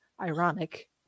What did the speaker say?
ironic